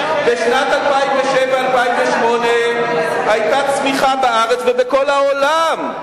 ב-2007 2008 היתה צמיחה בארץ ובכל העולם.